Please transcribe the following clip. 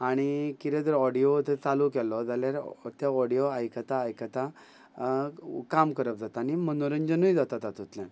आनी कितें जर ऑडियो थंय चालू केलो जाल्यार ते ऑडियो आयकता आयकता काम करप जाता आनी मनोरंजनूय जाता तातूंतल्यान